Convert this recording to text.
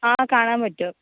ആ കാണാൻ പറ്റും